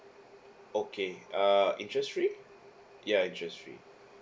okay err interest free ya interest free